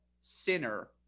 sinner